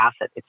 asset